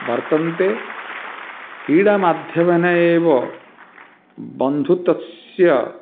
वर्तन्ते क्रीडामाध्यमेन एव बन्धुत्वस्य